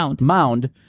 mound